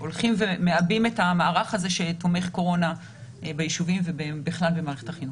הולכים ומעבים את המערך הזה שתומך קורונה בישובים ובכלל במערכת החינוך.